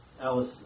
Alice